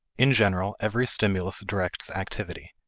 in general, every stimulus directs activity.